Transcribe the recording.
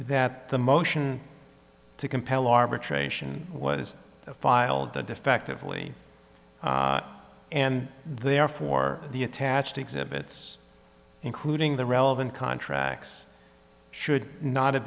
that the motion to compel arbitration was filed the defectively and therefore the attached exhibits including the relevant contracts should not have